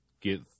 get